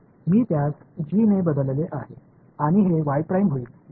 कारण मी त्यास g ने बदलले आहे आणि हे होईल बरोबर